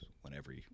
whenever